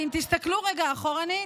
ואם תסתכלו רגע אחורנית,